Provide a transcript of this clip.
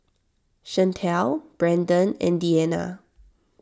Shantell Brendon and Deanna